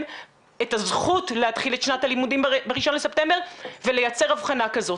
את הזכות להתחיל את שנת הלימודים ב-1 לספטמבר ולייצר הבחנה כזאת.